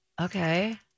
Okay